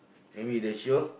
maybe they show